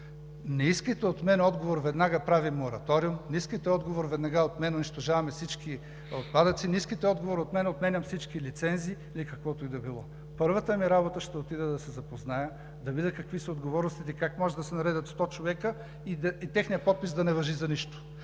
Не искайте от мен отговор: веднага правим мораториум, не искайте отговор: веднага унищожаваме всички отпадъци, не искайте отговор от мен: отменям всички лицензи или каквото и да било. Първата ми работа е да отида да се запозная, да видя какви са отговорностите и как може да се наредят 100 човека и техният подпис да не важи за нищо.